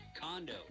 condo